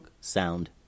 sound